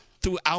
Throughout